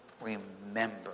remember